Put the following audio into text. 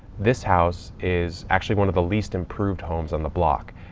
this house is actually one of the least improved homes on the block.